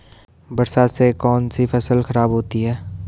बरसात से कौन सी फसल खराब होती है?